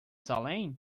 salem